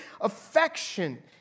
affection